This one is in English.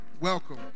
Welcome